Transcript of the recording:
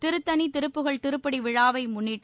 திருத்தணி திருப்புகழ் திருப்படி விழாவை முன்ளிட்டு